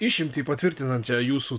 išimtį patvirtinančią jūsų